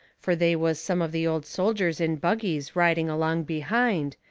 fur they was some of the old soldiers in buggies riding along behind,